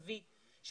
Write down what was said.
אבי,